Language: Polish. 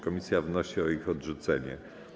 Komisja wnosi o ich odrzucenie.